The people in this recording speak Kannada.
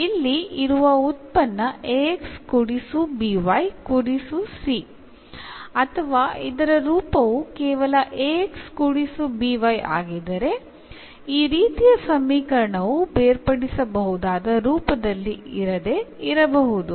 ಇಲ್ಲಿ ಇರುವ ಉತ್ಪನ್ನ ax ಕೂಡಿಸು by ಕೂಡಿಸು c ಅಥವಾ ಇದರ ರೂಪವು ಕೇವಲ ax ಕೂಡಿಸು by ಆಗಿದ್ದರೆ ಈ ರೀತಿಯ ಸಮೀಕರಣವು ಬೇರ್ಪಡಿಸಬಹುದಾದ ರೂಪದಲ್ಲಿ ಇರದೆ ಇರಬಹುದು